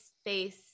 space